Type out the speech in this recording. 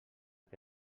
que